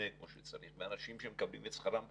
מבנה כמו שצריך, ואנשים שמקבלים את שכרם בזמן,